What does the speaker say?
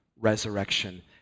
resurrection